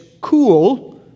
cool